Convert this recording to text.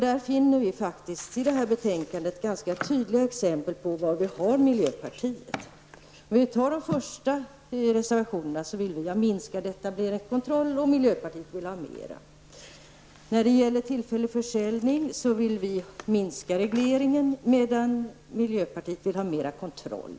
Vi finner faktiskt i det här betänkandet ganska typiska exempel på var vi har miljöpartiet. I den första av reservationerna vill vi minska etableringskontroll, miljöpartiet vill ha mer kontroll. När det gäller tillfällig försäljning vill vi minska regleringen, medan miljöpartiet vill ha mer kontroll.